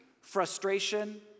frustration